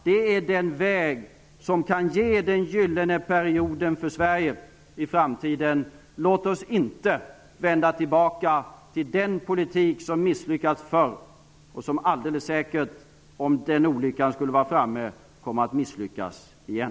Det är den väg som kan ge den gyllene perioden för Sverige i framtiden. Låt oss inte vända tillbaka till den politik som misslyckats förr och som alldeles säkert, om den olyckan skulle vara framme, kommer att misslyckas igen.